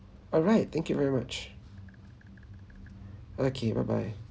alright thank you very much okay bye bye